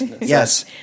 Yes